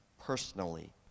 personally